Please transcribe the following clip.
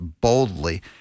boldly